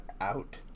out